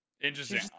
interesting